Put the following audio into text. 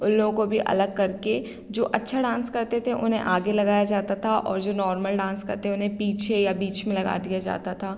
उन लोगों को भी अलग करके जो अच्छा डांस करते थे उन्हें आगे लगाया जाता था और जो नॉर्मल डांस करते हैं उन्हे पीछे या बीच में लगा दिया जाता था